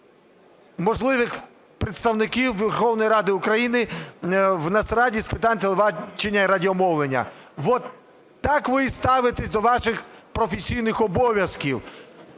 можливих представників Верховної Ради України в Нацраді з питань телебачення і радіомовлення. От так ви і ставитесь до ваших професійних обов'язків.